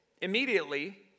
Immediately